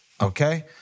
okay